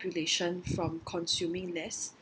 population from consuming less